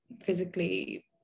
physically